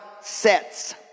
sets